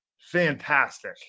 fantastic